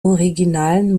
originalen